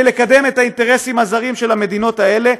לקדם את האינטרסים הזרים של המדינות האלה,